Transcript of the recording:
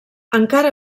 encara